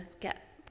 get